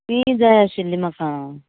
तीं जाय आशिल्लीं म्हाका